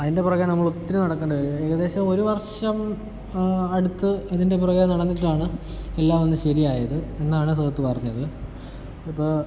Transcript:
അതിൻ്റെ പുറകേ നമ്മൾ ഒത്തിരി നടക്കേണ്ടി വരും ഏകദേശം ഒരു വർഷം അടുത്ത് അതിൻ്റെ പുറകേ നടന്നിട്ടാണ് എല്ലാം ഒന്ന് ശരിയായത് എന്നാണ് സുഹൃത്ത് പറഞ്ഞത് ഇപ്പോൾ